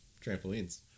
trampolines